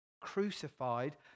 crucified